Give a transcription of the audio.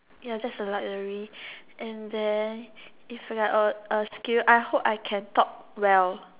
ya that's the luxury and then if we are a A skill I hope I can talk well